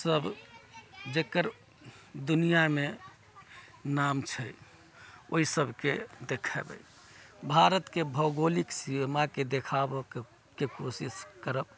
सभ जकर दुनिआँमे नाम छै ओइ सभके देखेबै भारतके भौगोलिक सीमाके देखाबऽके कोशिश करब